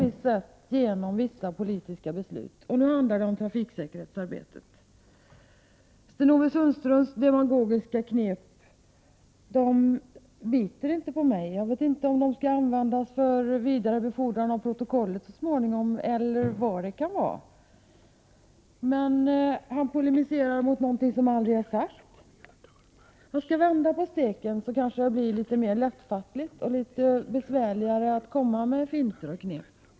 Vi kan genom vissa politiska beslut styra utvecklingen när det gäller trafiksäkerhetsarbetet. Sten-Ove Sundströms demagogiska knep biter inte på mig. Jag vet inte om de är avsedda att så småningom användas för vidarebefordran till protokollet eller vilken annan avsikt som finns bakom. Han polemiserar emot någonting som jag aldrig har sagt. Jag skall vända på steken så att jag blir litet mer lättfattlig och gör det litet mer besvärligt att komma med finter och knep.